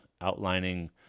outlining